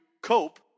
cope